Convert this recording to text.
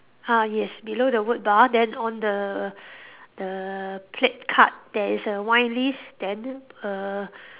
ah yes below the word bar then on the the placard there is a wine list then a